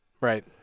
Right